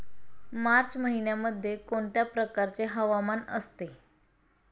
मार्च महिन्यामध्ये कोणत्या प्रकारचे हवामान असते?